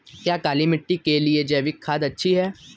क्या काली मिट्टी के लिए जैविक खाद अच्छी है?